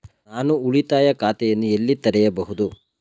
ನಾನು ಉಳಿತಾಯ ಖಾತೆಯನ್ನು ಎಲ್ಲಿ ತೆರೆಯಬಹುದು?